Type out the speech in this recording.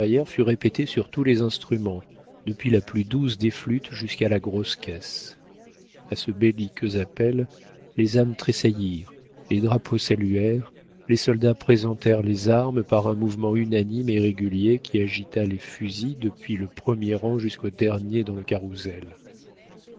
fut répétée sur tous les instruments depuis la plus douce des flûtes jusqu'à la grosse caisse a ce belliqueux appel les âmes tressaillirent les drapeaux saluèrent les soldats présentèrent les armes par un mouvement unanime et régulier qui agita les fusils depuis le premier rang jusqu'au dernier dans le carrousel